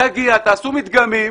תגיע, תעשו מדגמים.